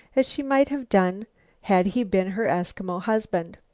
as she might have done had he been her eskimo husband.